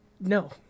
No